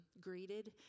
greeted